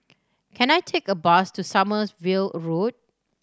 can I take a bus to Sommerville Road